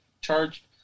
charge